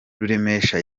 ruremesha